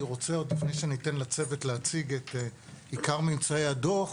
עוד לפני שאני אתן לצוות להציג את עיקר ממצאי הדוח,